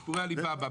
סיפורי עלי באבא.